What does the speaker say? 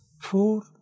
Four